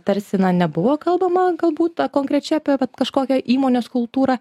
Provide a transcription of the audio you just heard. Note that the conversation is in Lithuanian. tarsi na nebuvo kalbama galbūt konkrečiai apie vat kažkokią įmonės kultūrą